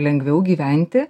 lengviau gyventi